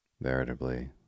Veritably